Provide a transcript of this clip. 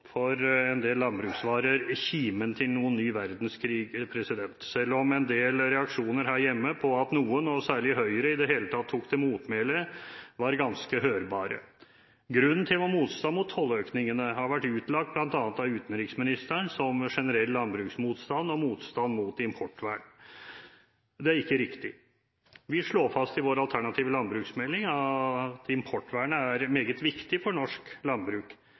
for en del landbruksvarer kimen til noen ny verdenskrig, selv om en del reaksjoner her hjemme på at noen, og særlig Høyre, i det hele tatt tok til motmæle, var ganske hørbare. Grunnen til vår motstand mot tolløkningene har vært utlagt bl.a. av utenriksministeren som generell landbruksmotstand og motstand mot importvern. Det er ikke riktig. Vi slår fast i vår alternative landbruksmelding at importvernet er meget viktig for norsk landbruk,